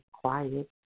quiet